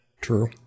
True